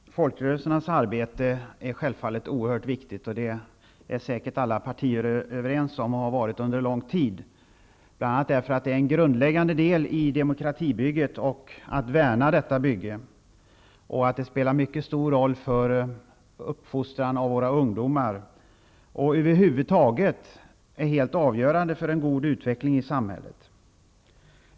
Fru talman! Folkrörelsernas arbete är självfallet oerhört viktigt. Det är alla partier överens om, och det har man varit under lång tid, bl.a. därför att det är en grundläggande del i demokratibygget och för att värna detta bygge. Det spelar en mycket stor roll för uppfostran av våra ungdomar. Det är över huvud taget helt avgörande för en god utveckling i samhället.